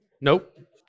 Nope